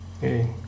hey